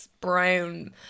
brown